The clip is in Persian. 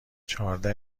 چهارده